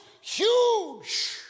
huge